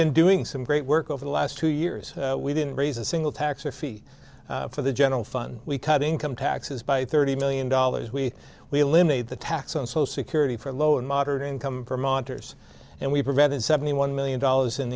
been doing some great work over the last two years we didn't raise a single tax or fee for the general fund we cut income taxes by thirty million dollars we we eliminate the tax on so security for low and moderate income for monitors and we provided seventy one million dollars